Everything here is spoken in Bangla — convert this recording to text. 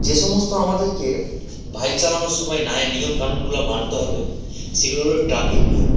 যে সমস্ত আমাদেরকে বাইক চালানোর সময় নায় নিয়মকানুনগুলো মানতে হবে সেগুলো হলো ট্রাফিক নিয়ম